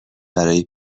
برای